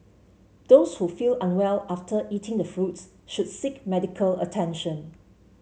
those who feel unwell after eating the fruits should seek medical attention